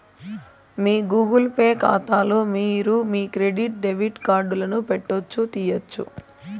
మీ Google Pay కాతాలో మీరు మీ క్రెడిట్ డెబిట్ కార్డులను పెట్టొచ్చు, తీయొచ్చు